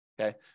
Okay